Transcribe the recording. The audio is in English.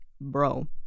bro